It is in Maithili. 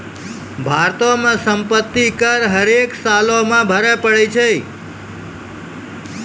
भारतो मे सम्पति कर हरेक सालो मे भरे पड़ै छै